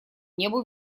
небу